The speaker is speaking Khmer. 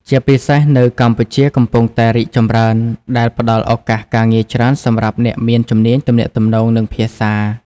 ជាពិសេសនៅកម្ពុជាកំពុងតែរីកចម្រើន ដែលផ្ដល់ឱកាសការងារច្រើនសម្រាប់អ្នកមានជំនាញទំនាក់ទំនង និងភាសា។